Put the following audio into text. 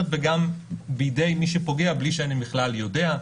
וגם בידי מי שפוגע בלי שאני בכלל יודע,